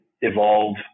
evolve